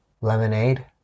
lemonade